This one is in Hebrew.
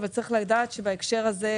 אבל צריך לדעת שבהקשר הזה,